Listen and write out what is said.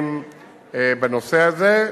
צעדים בנושא הזה.